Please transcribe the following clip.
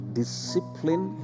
discipline